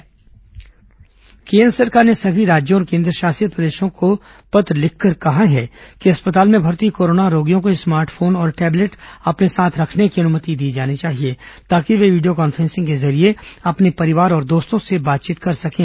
Covid smartphone केंद्र सरकार ने सभी राज्यों और केंद्रशासित प्रदेशों को पत्र लिखकर कहा है कि अस्पताल में भर्ती कोरोना रोगियों को स्मार्टफोन और टेबलेट अपने साथ रखने की अनुमति दी जानी चाहिए ताकि ये वीडियो कॉन्फ्रेंसिंग के जरिए अपने परिवार और दोस्तों से बातचीत कर सकें